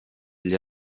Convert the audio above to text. для